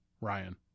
Ryan